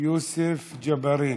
יוסף ג'אברין.